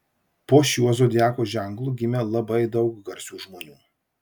po šiuo zodiako ženklu gimė labai daug garsių žmonių